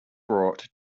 brought